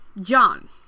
John